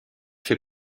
fait